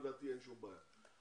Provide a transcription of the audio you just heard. אין שום בעיה,